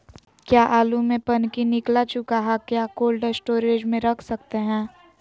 क्या आलु में पनकी निकला चुका हा क्या कोल्ड स्टोरेज में रख सकते हैं?